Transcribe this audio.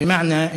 (אומר דברים בשפה הערבית) במענה,